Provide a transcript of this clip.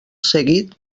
seguit